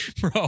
bro